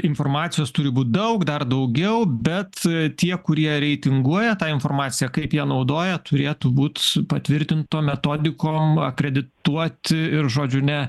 informacijos turi būti daug dar daugiau bet tie kurie reitinguoja tą informaciją kaip ją naudoja turėtų būti patvirtintom metodikom akredituoti ir žodžiu ne